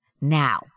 Now